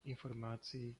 informácií